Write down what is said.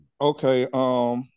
Okay